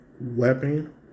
weapon